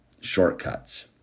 shortcuts